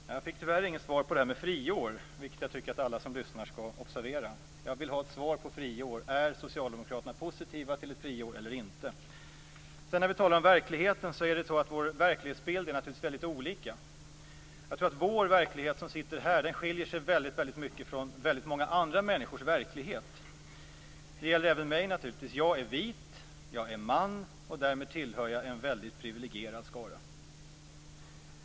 Fru talman! Jag fick tyvärr inget svar på frågan om friår, vilket jag tycker att alla som lyssnar skall observera. Jag vill ha ett svar på frågan om friår. Är socialdemokraterna positiva till ett friår eller inte? Vi talar om verkligheten. Våra verklighetsbilder är naturligtvis väldigt olika. Jag tror att verklighetsbilden för oss som sitter här skiljer sig väldigt mycket från väldigt många andra människors verklighetsbilder. Det gäller naturligtvis även mig. Jag är vit. Jag är man. Därmed tillhör jag en väldigt priviligierad skara.